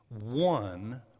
one